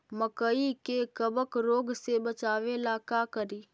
मकई के कबक रोग से बचाबे ला का करि?